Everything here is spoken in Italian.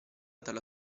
dalla